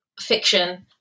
fiction